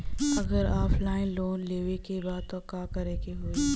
अगर offline loan लेवे के बा त का करे के होयी?